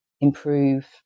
improve